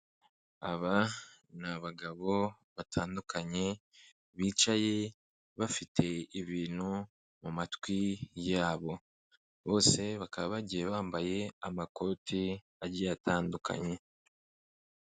Aba n'abagabo batandukanye bicaye bafite ibintu mu matwi yabo bose bakaba bagiye bambaye amakoti agiye atandukanye.